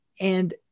And-